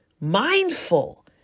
mindful